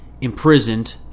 imprisoned